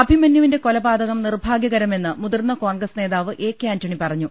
അഭിമന്യുവിന്റെ കൊലപാതകം നിർഭാഗ്യകരമെന്ന് മുതിർന്ന കോൺഗ്രസ് നേതാവ് എ കെ ആന്റണി പറഞ്ഞു